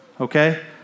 okay